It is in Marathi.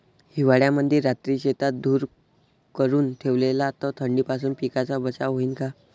हिवाळ्यामंदी रात्री शेतात धुर करून ठेवला तर थंडीपासून पिकाचा बचाव होईन का?